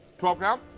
twelve count,